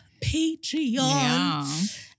Patreon